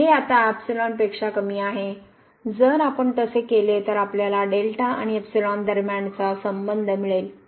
तर हे आता पेक्षा कमी आहे जर आपण तसे केले तर आपल्याला आणि दरम्यानचा संबंध मिळेल